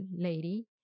lady